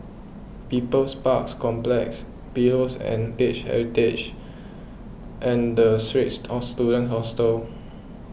People's Park Complex Pillows and Heritage and Straits Students Hostel